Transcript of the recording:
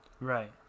right